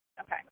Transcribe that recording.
okay